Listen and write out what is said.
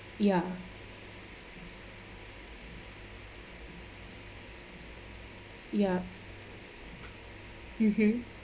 ya ya mmhmm